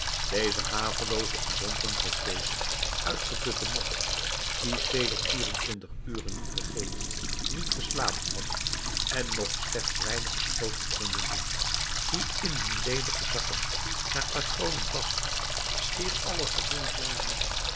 deze havelooze in lompen gekleede uitgeputte mannen die sedert vier-en-twintig uren niet gegeten niet geslapen hadden en nog slechts weinige schoten konden doen die in hun ledige zakken naar patronen tastten schier alle gewond waren